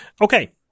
Okay